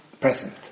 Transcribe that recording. present